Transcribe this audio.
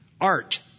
art